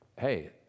hey